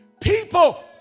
People